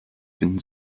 finden